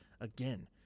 again